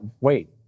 wait